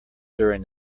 during